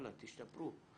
תשתפרו.